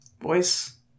Voice